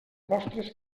vostres